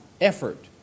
effort